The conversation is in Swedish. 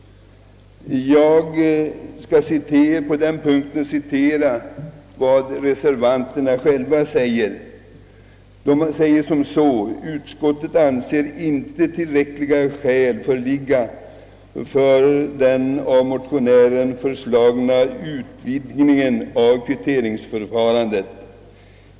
Jag vill på denna punkt citera vad reservanterna själva skrivit: »Utskottet anser inte tillräckliga skäl föreligga för den av motionären föreslagna utvidgningen av kvittningsförfarandet.